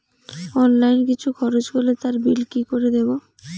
Online কিছু খরচ করলে তার বিল কি করে দেবো?